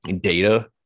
data